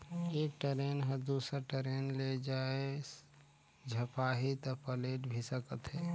एक टरेन ह दुसर टरेन ले जाये झपाही त पलेट भी सकत हे